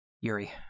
Yuri